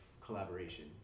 collaboration